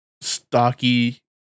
stocky